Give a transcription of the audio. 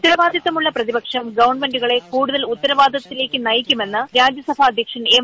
ഉത്തരവാദിത്വമുള്ള പ്രതിപക്ഷം ഗവൺമെന്റുകളെ കൂടുതൽ ഉത്തരവാദിത്വത്തിലേക്ക് നയിക്കുമെന്ന് രാജ്യസ്ഭാ അധ്യക്ഷൻ എം